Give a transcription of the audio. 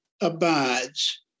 abides